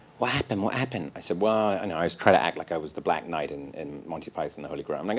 what happened? what happened? i said, well and i was trying to act like i was the black knight and in monty python and the holy grail. and i go,